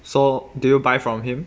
so do you buy from him